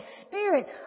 spirit